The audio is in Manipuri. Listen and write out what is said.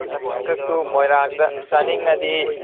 ꯑꯁ ꯍꯩꯀꯛꯇꯨ ꯃꯣꯏꯔꯥꯡꯗ ꯆꯥꯅꯤꯡꯉꯗꯤ